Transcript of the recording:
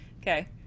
Okay